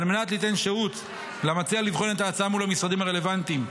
על מנת ליתן שהות למציע לבחון את ההצעה מול המשרדים הרלוונטיים,